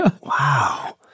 Wow